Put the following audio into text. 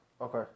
Okay